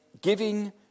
giving